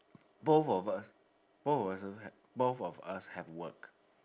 both of us both of us also have both of us have worked